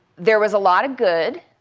there was a lot of good,